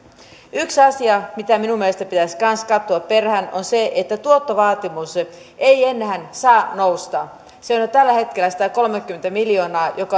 yksi asia mitä minun mielestäni pitäisi kanssa katsoa perään on se että tuottovaatimus ei enää saa nousta se on jo tällä hetkellä satakolmekymmentä miljoonaa mikä